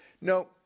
No